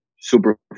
super